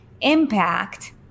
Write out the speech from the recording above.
impact